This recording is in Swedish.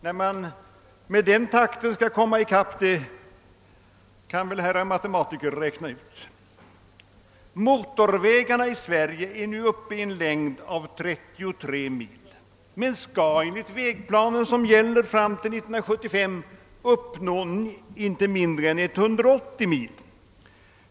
När vi skall komma i kapp med den takten får herrar matematiker räkna ut. Motorvägarna i Sverige är nu uppe i en längd av 33 mil men skall enligt vägplanen som gäller fram till 1975 uppnå inte mindre än 180 mil.